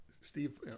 Steve